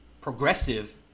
progressive